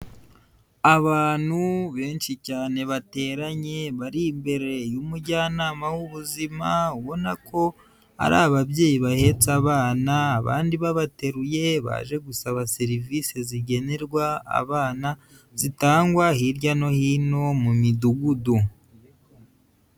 Abantu benshi cyane bateranye bari imbere y'umujyanama w'ubuzima, ubona ko ari ababyeyi bahetse abana abandi babateruye, baje gusaba serivisi zigenerwa abana zitangwa hirya no hino mu midugudu.